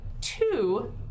two